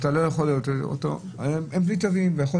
וכמו המשל הידוע,